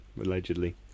allegedly